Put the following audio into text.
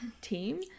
team